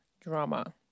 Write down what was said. drama